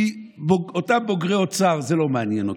כי אותם בוגרי אוצר, זה לא מעניין אותם.